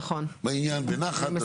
נכון, אני מסכימה איתך.